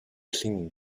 clean